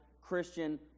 Christian